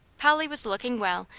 polly was looking well,